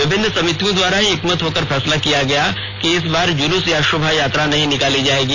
विभिन्न समितियों द्वारा एकमत होकर फैसला लिया गया कि इस बार जुलूस या शोभायात्रा नहीं निकाली जायेगी